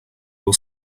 will